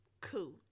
Cool